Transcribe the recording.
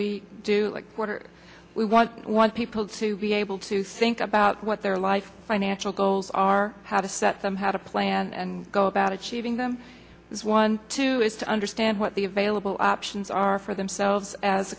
do we want want people to be able to think about what their life financial goals are how to set them how to plan and go about achieving them is one two is to understand what the available options are for themselves as